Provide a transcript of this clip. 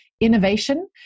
innovation